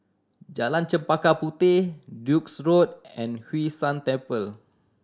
Jalan Chempaka Puteh Duke's Road and Hwee San Temple